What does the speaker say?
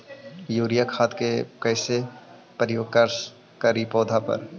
Urea खाद के कैसे प्रयोग करि पौधा पर?